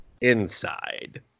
inside